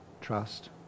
trust